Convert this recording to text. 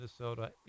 Minnesota